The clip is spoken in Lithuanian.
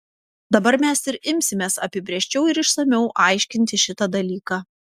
dabar mes ir imsimės apibrėžčiau ir išsamiau aiškinti šitą dalyką